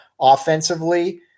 offensively